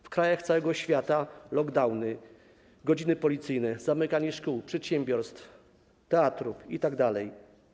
W krajach całego świata lockdowny, godziny policyjne, zamykanie szkół, przedsiębiorstw, teatrów itd.